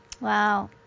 Wow